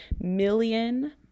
million